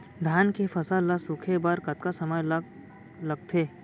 धान के फसल ल सूखे बर कतका समय ल लगथे?